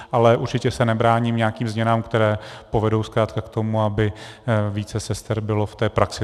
Ale určitě se nebráním nějakým změnám, které povedou zkrátka k tomu, aby více sester bylo v praxi.